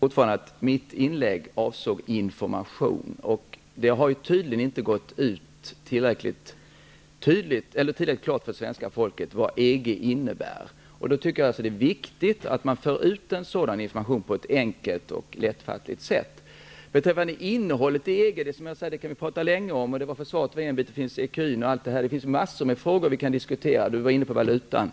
Herr talman! Mitt inlägg avsåg information. Det har tydligen inte gått ut tillräckligt klart till svenska folket vad EG innebär. Då tycker jag att det är viktigt att man för ut information på ett enkelt och lättfattligt sätt. Beträffande innehållet i EG kan vi tala länge om. Det finns mängder med frågor som vi kan diskutera -- försvar, ecun osv. Birgitta Hambraeus var inne på valutafrågan,